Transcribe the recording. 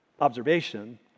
observation